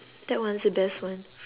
that one's the best one